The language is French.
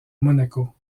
monaco